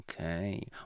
Okay